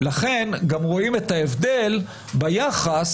לכן גם רואים את ההבדל ביחס,